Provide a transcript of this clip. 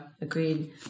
agreed